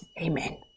Amen